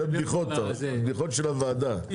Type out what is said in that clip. זה בדיחות של הוועדה.